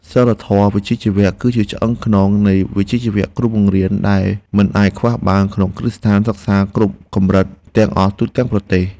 សីលធម៌វិជ្ជាជីវៈគឺជាឆ្អឹងខ្នងនៃវិជ្ជាជីវៈគ្រូបង្រៀនដែលមិនអាចខ្វះបានក្នុងគ្រឹះស្ថានសិក្សាគ្រប់កម្រិតទាំងអស់ទូទាំងប្រទេស។